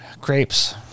grapes